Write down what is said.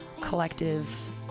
collective